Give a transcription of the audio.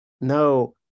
no